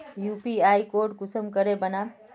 UPI code कुंसम करे बनाम?